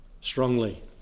strongly